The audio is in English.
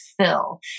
fill